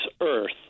earth